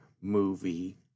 Movie